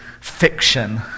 fiction